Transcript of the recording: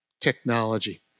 technology